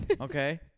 okay